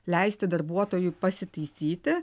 leisti darbuotojui pasitaisyti